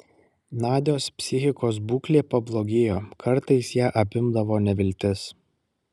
nadios psichikos būklė pablogėjo kartais ją apimdavo neviltis